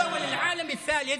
במדינות העולם השלישי,